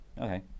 okay